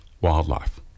wildlife